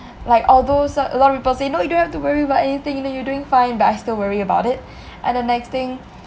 like all those a lot of people say no you don't have to worry about anything you know you doing fine but I still worry about it and the next thing